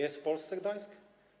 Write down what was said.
Jest w Polsce Gdańsk?